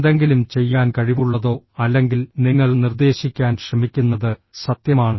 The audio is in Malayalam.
എന്തെങ്കിലും ചെയ്യാൻ കഴിവുള്ളതോ അല്ലെങ്കിൽ നിങ്ങൾ നിർദ്ദേശിക്കാൻ ശ്രമിക്കുന്നത് സത്യമാണ്